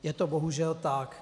Je to bohužel tak.